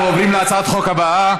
אנחנו עוברים להצעת חוק הבאה,